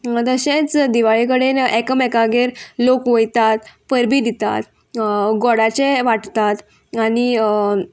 तशेंच दिवाळे कडेन एकामेकागेर लोक वयतात परबी दितात गोडाचे वाटतात आनी